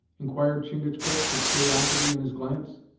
inquired chingachgook, with curiosity in his glance.